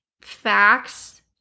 facts